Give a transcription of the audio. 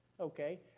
Okay